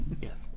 Yes